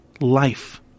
life